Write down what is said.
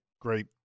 great